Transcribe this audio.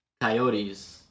Coyotes